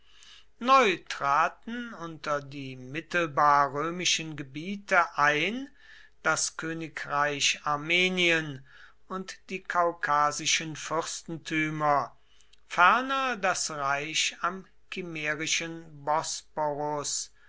neu traten unter die mittelbar römischen gebiete ein das königreich armenien und die kaukasischen fürstentümer ferner das reich am kimmerischen bosporus